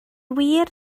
wir